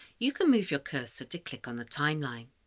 you can move your cursor to click on the timeline.